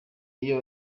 iyo